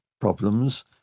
problems